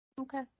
Okay